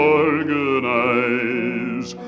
organize